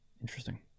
Interesting